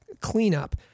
cleanup